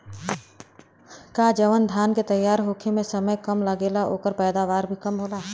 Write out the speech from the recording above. का जवन धान के तैयार होखे में समय कम लागेला ओकर पैदवार भी कम होला?